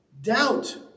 doubt